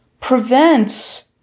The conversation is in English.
prevents